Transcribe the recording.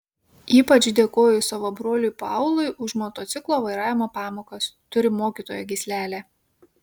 ypač dėkoju savo broliui paului už motociklo vairavimo pamokas turi mokytojo gyslelę